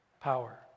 power